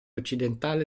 occidentale